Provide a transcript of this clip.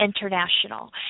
international